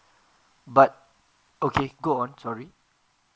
but okay go on sorry